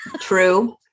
True